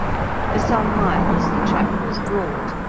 for some miles the track was broad,